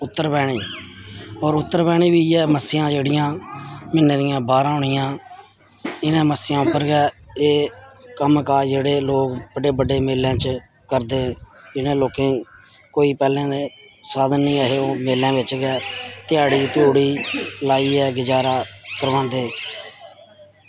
उत्तरबैह्नी होर उत्तरबैह्नी बी इ'यै मस्सेआं जेह्ड़ियां म्हीनै दियां बारां होनियां इनें मस्सेआं उप्पर गै एह् कम्म काज़ जेह्ड़े लोग बड्डे बड्डे मेलें च करदे इनें लोकें कोई पैह्लें दे साधन निं ऐ हे ओह् मेले बिच्च गै ध्याड़ी धूड़ी लाइयै गजारा करवांदे